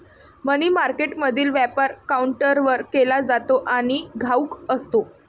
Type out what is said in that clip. मनी मार्केटमधील व्यापार काउंटरवर केला जातो आणि घाऊक असतो